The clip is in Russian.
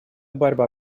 борьба